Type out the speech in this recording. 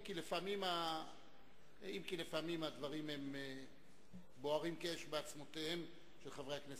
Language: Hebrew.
אם כי לפעמים הדברים בוערים כאש בעצמותיהם של חברי הכנסת.